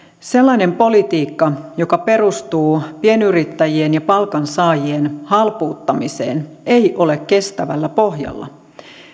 sellainen politiikka joka perustuu pienyrittäjien ja palkansaajien halpuuttamiseen ei ole kestävällä pohjalla